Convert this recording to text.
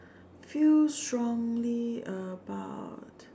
feel strongly about